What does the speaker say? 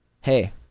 Hey